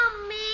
Mommy